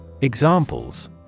Examples